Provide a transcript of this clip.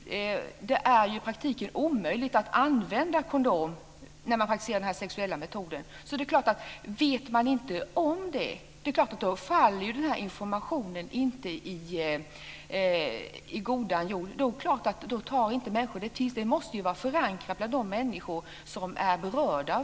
Det är ju i praktiken omöjligt att använda kondom när man praktiserar den här sexuella metoden. Vet man inte om det, faller informationen inte i god jord. Den måste vara förankrad bland de människor som är berörda.